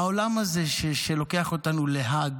העולם הזה, שלוקח אותנו להאג,